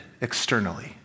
externally